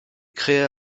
créa